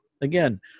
Again